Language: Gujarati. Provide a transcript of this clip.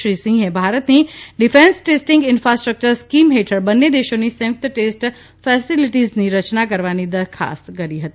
શ્રી સિંહે ભારતની ડિફેન્સ ટેસ્ટીંગ ઇન્ફાસ્ટ્રકચર સ્કીમ હેઠળ બંને દેશોની સંયુક્ત ટેસ્ટ ફેસીલીટીઝની રચના કરવાની દરખાસ્ત કરી હતી